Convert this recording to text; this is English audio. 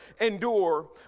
endure